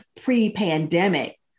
pre-pandemic